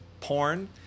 porn